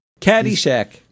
Caddyshack